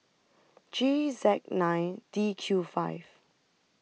G Z nine D Q five